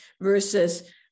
versus